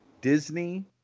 disney